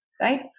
right